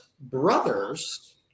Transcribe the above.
brothers